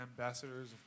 ambassadors